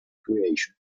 creation